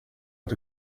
att